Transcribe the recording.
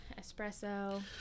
espresso